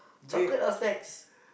chocolate or snacks